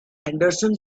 henderson